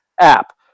app